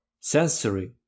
sensory